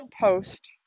post